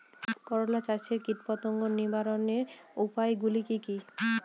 করলা চাষে কীটপতঙ্গ নিবারণের উপায়গুলি কি কী?